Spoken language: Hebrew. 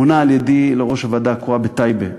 מונה על-ידי לראש הוועדה הקרואה בטייבה,